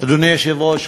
אדוני היושב-ראש,